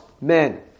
men